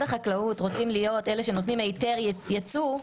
החקלאות רוצה להיות זה שנותן היתר יצוא,